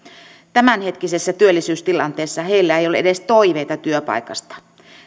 tämänhetkisessä työllisyystilanteessa heillä ei ole edes toiveita työpaikasta